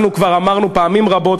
אנחנו כבר אמרנו פעמים רבות,